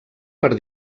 per